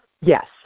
Yes